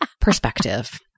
perspective